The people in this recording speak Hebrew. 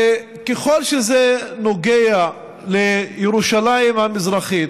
וככל שזה נוגע לירושלים המזרחית,